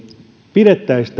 pidettäisiin